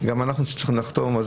אנחנו שצריכים לחתום.